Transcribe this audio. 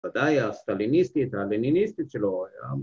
‫ודאי הסטליניסטית והליניניסטית שלו,